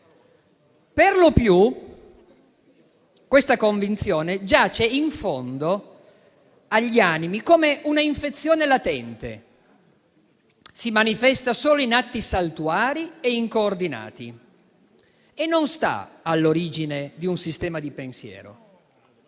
Per lo più questa convinzione giace in fondo agli animi come una infezione latente. Si manifesta solo in atti saltuari e incoordinati e non sta all'origine di un sistema di pensiero.